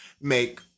make